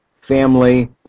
family